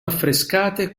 affrescate